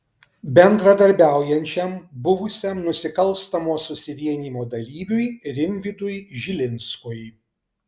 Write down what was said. bendradarbiaujančiam buvusiam nusikalstamo susivienijimo dalyviui rimvydui žilinskui